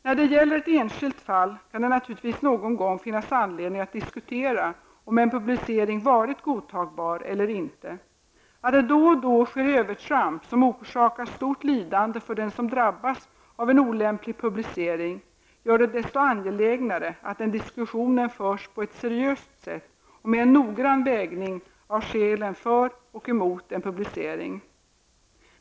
När det gäller ett enskilt fall kan det naturligtvis någon gång finnas anledning att diskutera om en publicering varit godtagbar eller inte. Att det då och då sker övertramp som orsakar stort lidande för den som drabbas av en olämplig publicering gör det desto angelägnare att den diskussionen förs på ett seriöst sätt och med en noggrann vägning av skälen för och emot en publicering.